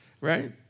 Right